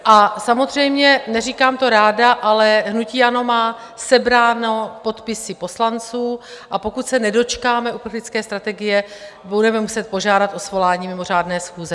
A samozřejmě, neříkám to ráda, ale hnutí ANO má sebrány podpisy poslanců, a pokud se nedočkáme uprchlické strategie, budeme muset požádat o svolání mimořádné schůze.